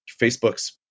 Facebook's